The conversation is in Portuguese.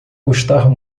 custar